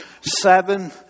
seven